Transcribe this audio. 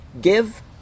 give